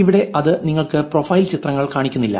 ഇവിടെ അത് നിങ്ങൾക്ക് പ്രൊഫൈൽ ചിത്രങ്ങൾ കാണിക്കുന്നില്ല